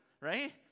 right